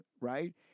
right